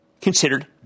considered